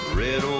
red